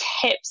tips